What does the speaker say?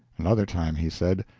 another time he said,